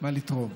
מה לתרום.